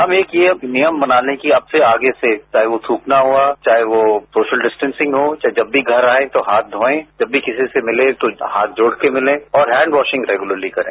हम यह एक नियम बना ले कि चाहे वो थूकना हुआ चाहे वो सोशल डिस्टेंसिंग हुआ चाहे जब भी घर आयें तो हाथ धोएं जब भी किसी से मिले तो हाथ जोड़कर मिलें और हैंड वॉसिंग रेगुलरली करे